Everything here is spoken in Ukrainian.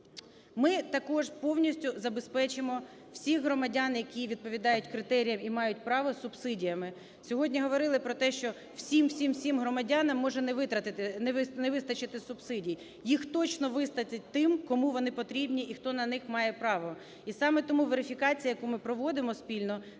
Ми також повністю забезпечимо всіх громадян, які відповідають критеріям і мають право з субсидіями. Сьогодні говорили про те, що всім, всім, всім громадянам може не вистачити субсидій. Їх точно вистачить тим, кому вони потрібні і хто на них має право. І саме тому верифікація, яку ми проводимо спільно,